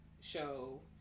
show